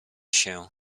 się